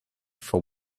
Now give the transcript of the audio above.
for